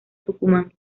tucumán